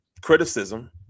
criticism